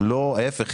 להיפך.